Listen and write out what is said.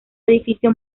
edificio